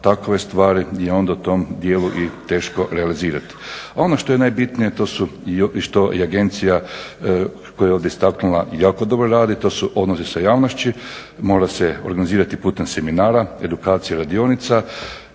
takve stvari je onda u tom djelu i teško realizirati. Ono što je najbitnije, a to su što i agencija koja je ovdje istaknula jako dobro radi, to su odnosi sa javnošću, mora se organizirati putem seminara, edukacija, radionica,